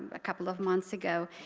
a couple of months ago.